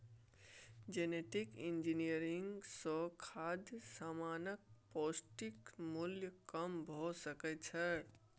genetic engineering सँ खाद्य समानक पौष्टिक मुल्य कम भ सकै छै